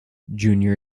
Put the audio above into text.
junior